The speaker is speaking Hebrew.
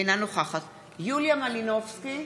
אינה נוכחת יוליה מלינובסקי,